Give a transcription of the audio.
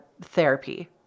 therapy